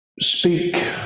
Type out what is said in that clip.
speak